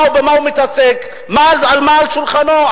במה הוא מתעסק ומה על שולחנו.